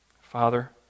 Father